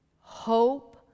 hope